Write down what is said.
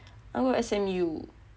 I want go S_M_U